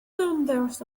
members